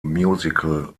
musical